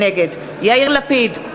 נגד יאיר לפיד,